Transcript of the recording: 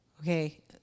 Okay